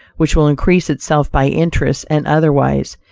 which will increase itself by interest and otherwise,